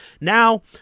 Now